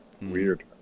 Weird